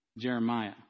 Jeremiah